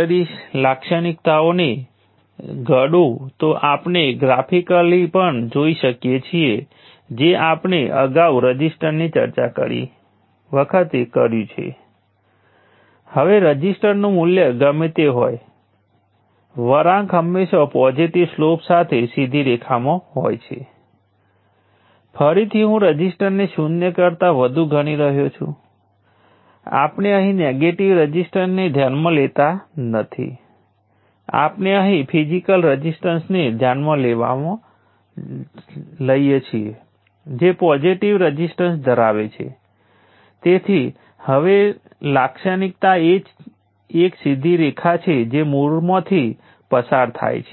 કહી શક્યો હોત અને એમ કહી શક્યો હોત કે વોલ્ટેજ સોર્સ પાવર ડિલીવર કરે છે પરંતુ જ્યારે તે બહુવિધ એલિમેન્ટ્સ ઉપર આવે છે અને હકીકતને જોતાં વોલ્ટેજ સોર્સ તમામ ડિલિવર થતા પાવરનું નિરીક્ષણ કરી શકે છે ત્યારે વોલ્ટેજ અને કરંટને ખૂબ કાળજીપૂર્વક વ્યાખ્યાયિત કરતી ગણતરી સાથે આગળ વધો તે પછી યોગ્ય રીતે તમે આ ઘણું સરળતાથી કરી શકશો